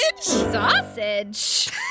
Sausage